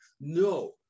no